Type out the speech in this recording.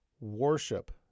worship